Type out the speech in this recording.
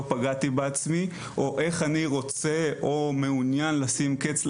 פגעתי בעצמי או איך אני רוצה או מעוניין לשים קץ לחיי.